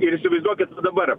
ir įsivaizduokit dabar